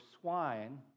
swine